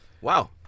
Wow